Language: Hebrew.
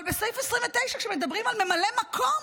אבל בסעיף 29, כשמדברים על ממלא מקום,